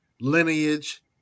lineage